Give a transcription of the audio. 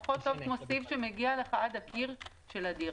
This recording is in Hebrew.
טוב לפחות כמו סיב שמגיע אליך עד הקיר של הדירה.